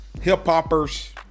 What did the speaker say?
hip-hoppers